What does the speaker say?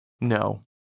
No